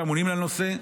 שאמונים על הנושא.